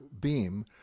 beam